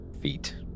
feet